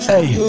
Hey